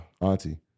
auntie